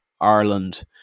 ireland